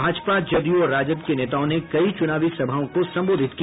भाजपा जदयू और राजद के नेताओं ने कई चुनावी सभाओं को संबोधित किया